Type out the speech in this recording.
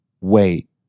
wait